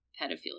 pedophilia